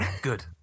Good